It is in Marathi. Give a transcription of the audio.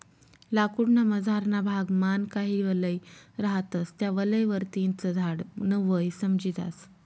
लाकूड ना मझारना भाग मान काही वलय रहातस त्या वलय वरतीन च झाड न वय समजी जास